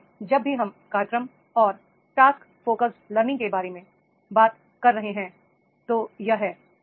इसलिए जब भी हम कार्यक्रम और टास्क फोकस लर्निंग के बारे में बात कर रहे हैं तो यह है